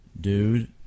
dude